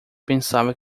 pensava